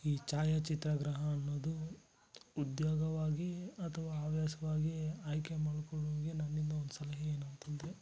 ಈ ಛಾಯಾಚಿತ್ರಗ್ರಹ ಅನ್ನೋದು ಉದ್ಯೋಗವಾಗಿ ಅಥವಾ ಹವ್ಯಾಸವಾಗಿ ಆಯ್ಕೆ ಮಾಡಿಕೊಳ್ಳುವವರಿಗೆ ನನ್ನಿಂದ ಒಂದು ಸಲಹೆ ಏನು ಅಂತಂದರೆ